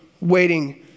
waiting